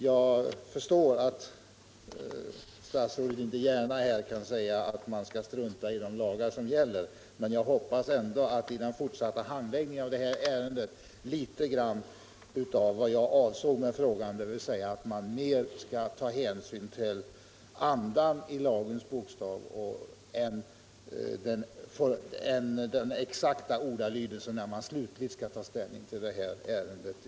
Jag förstår att statsrådet nu inte gärna kan säga att man skall strunta i de lagar som gäller. Men jag hoppas att man vid ärendets fortsatta behandling och vid det slutliga ställningstagandet kommer att ta litet hänsyn också till lagens anda, inte bara till lagens exakta ordalydelse; det var just det jag avsåg med min fråga.